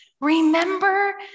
remember